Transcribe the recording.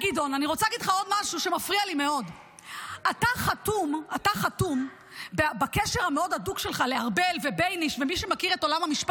גדעון, אתה מדבר על ניצחון ועל אחדות,